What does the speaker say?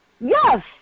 Yes